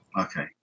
Okay